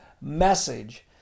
message